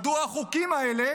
מדוע החוקים האלה